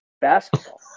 basketball